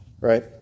Right